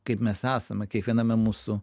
kaip mes esame kiekviename mūsų